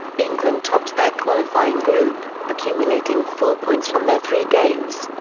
england topped their qualifying group, accumulating four points from their three games.